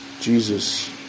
Jesus